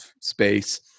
space